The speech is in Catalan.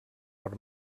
per